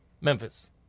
Memphis